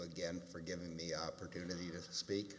again for given the opportunity to speak